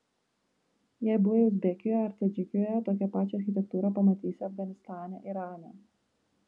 jei buvai uzbekijoje ar tadžikijoje tokią pačią architektūrą pamatysi afganistane irane